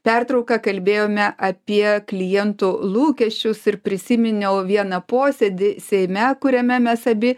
pertrauką kalbėjome apie klientų lūkesčius ir prisiminiau vieną posėdį seime kuriame mes abi